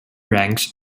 ranks